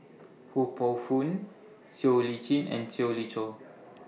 Ho Poh Fun Siow Lee Chin and Siew Lee Choh